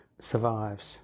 survives